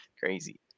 Crazy